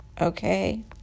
okay